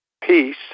peace